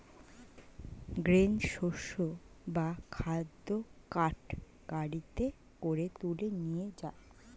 grain শস্য বা খাদ্য কার্ট গাড়িতে করে তুলে নিয়ে যায়